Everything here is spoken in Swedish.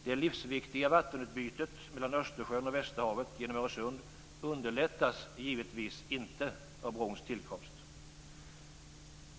Det livsviktiga vattenutbytet mellan Östersjön och Västerhavet genom Öresund underlättas givetvis inte av brons tillkomst.